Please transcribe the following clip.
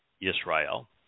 Israel